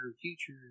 future